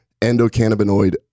endocannabinoid